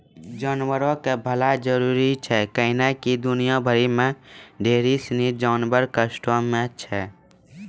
जानवरो के भलाइ जरुरी छै कैहने कि दुनिया भरि मे ढेरी सिनी जानवर कष्टो मे छै